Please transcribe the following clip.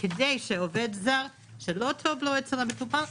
האם מחסור נוצר כשיש יותר בקשות להעסקה של עובדים פוטנציאליים?